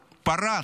פרץ,